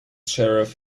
sheriff